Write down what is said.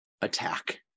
attack